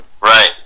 Right